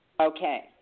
Okay